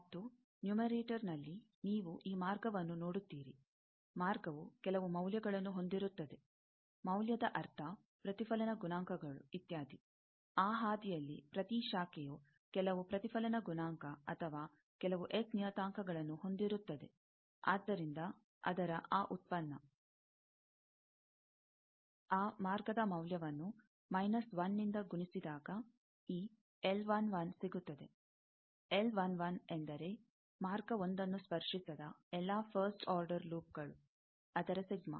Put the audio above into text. ಮತ್ತು ನ್ಯೂಮರೆಟರ್ಲ್ಲಿ ನೀವು ಈ ಮಾರ್ಗವನ್ನು ನೋಡುತ್ತೀರಿ ಮಾರ್ಗವು ಕೆಲವು ಮೌಲ್ಯಗಳನ್ನು ಹೊಂದಿರುತ್ತದೆ ಮೌಲ್ಯದ ಅರ್ಥ ಪ್ರತಿಫಲನ ಗುಣಾಂಕಗಳು ಇತ್ಯಾದಿ ಆ ಹಾದಿಯಲ್ಲಿ ಪ್ರತಿ ಶಾಖೆಯು ಕೆಲವು ಪ್ರತಿಫಲನ ಗುಣಾಂಕ ಅಥವಾ ಕೆಲವು ಎಸ್ ನಿಯತಾಂಕಗಳನ್ನು ಹೊಂದಿರುತ್ತದೆ ಆದ್ದರಿಂದ ಅದರ ಆ ಉತ್ಪನ್ನ ಆ ಮಾರ್ಗದ ಮೌಲ್ಯವನ್ನು ಮೈನಸ್ 1 ನಿಂದ ಗುಣಿಸಿದಾಗ ಈ ಸಿಗುತ್ತದೆ ಎಂದರೆ ಮಾರ್ಗ 1 ನ್ನು ಸ್ಪರ್ಶಿಸದ ಎಲ್ಲಾ ಫಸ್ಟ್ ಆರ್ಡರ್ ಲೂಪ್ಗಳು ಅದರ ಸಿಗ್ಮಾ